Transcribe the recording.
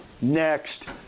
next